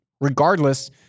regardless